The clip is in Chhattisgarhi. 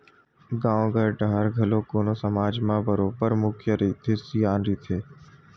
गाँव घर डाहर घलो कोनो समाज म बरोबर मुखिया रहिथे, सियान रहिथे